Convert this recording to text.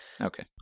Okay